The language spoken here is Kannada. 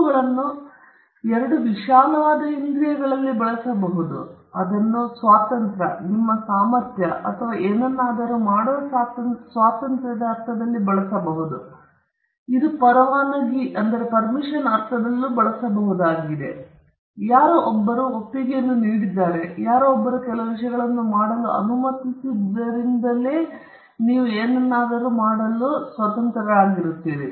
ಹಕ್ಕುಗಳನ್ನು ಎರಡು ವಿಶಾಲವಾದ ಇಂದ್ರಿಯಗಳಲ್ಲಿ ಬಳಸಬಹುದು ಅದನ್ನು ಸ್ವಾತಂತ್ರ್ಯ ನಿಮ್ಮ ಸಾಮರ್ಥ್ಯ ಅಥವಾ ಏನನ್ನಾದರೂ ಮಾಡುವ ಸ್ವಾತಂತ್ರ್ಯದ ಅರ್ಥದಲ್ಲಿ ಬಳಸಬಹುದು ಇದು ಪರವಾನಗಿಯ ಅರ್ಥದಲ್ಲಿ ಬಳಸಬಹುದಾಗಿತ್ತು ಯಾರೋ ಒಬ್ಬರು ಒಪ್ಪಿಗೆಯನ್ನು ನೀಡಿದ್ದಾರೆ ಅಥವಾ ಯಾರೋ ಒಬ್ಬರು ಕೆಲವು ವಿಷಯಗಳನ್ನು ಮಾಡಲು ಅನುಮತಿಸಿದ್ದುದರಿಂದ ನೀವು ಏನನ್ನಾದರೂ ಮಾಡಲು ಸೂಕ್ತವಾಗಿದ್ದೀರಿ